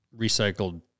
recycled